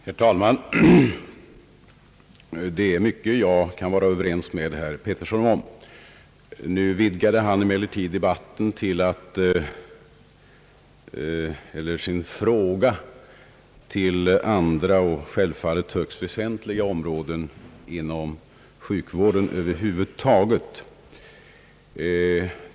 Herr talman! Jag kan i mycket vara överens med herr Harald Pettersson. Denne vidgade emellertid sin fråga till att gälla också andra och självfallet högt väsentliga områden inom sjukvården över huvud taget.